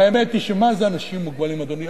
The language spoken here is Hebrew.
האמת היא, מה זה אנשים מוגבלים, אדוני?